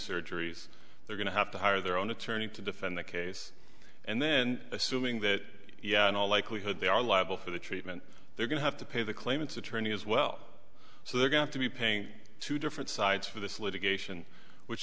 surgeries they're going to have to hire their own attorney to defend the case and then assuming that in all likelihood they are liable for the treatment they're going to have to pay the claimants attorney as well so they're going to be paying two different sides for this litigation which